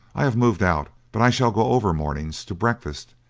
i have moved out. but i shall go over, mornings, to breakfast,